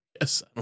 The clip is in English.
yes